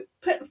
put